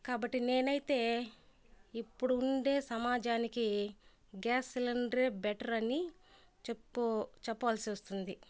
కాబట్టి నేనైతే ఇప్పుడు ఉండే సమాజానికి గ్యాస్ సిలిండరే బెటర్ అని చెప్పు చెప్పవలసి వస్తుంది